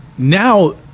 Now